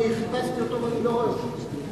חיפשתי אותו ואני לא רואה אותו.